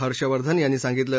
हर्षवर्धन यांनी सांगितलं